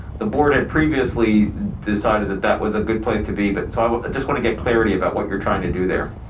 the board had previously decided that that was a good place to be, but so, i just wanna get clarity about what you're trying to do there.